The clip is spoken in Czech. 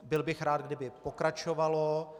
Byl bych rád, kdyby pokračovalo.